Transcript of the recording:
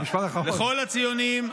לכל הציונים,